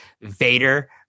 Vader